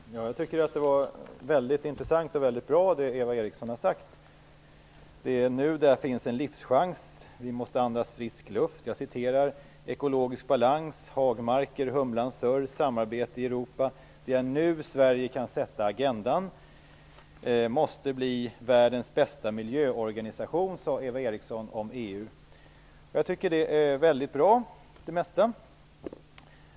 Herr talman! Jag tycker att det som Eva Eriksson sade var mycket bra och mycket intressant. Hon sade att det är nu som det finns en livschans, att vi måste andas frisk luft, att vi måste ha ekologisk balans, att vi skall ha hagmarker och kunna höra humlans surr, att vi skall ha samarbete i Europa, att det är nu som Sverige kan sätta agendan och att EU måste bli världens bästa miljöorganisation. Jag tycker att det mesta av det som hon sade var väldigt bra.